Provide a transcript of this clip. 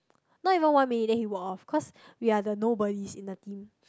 not even one minute then he walk off cause we are the nobodies in the team